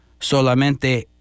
solamente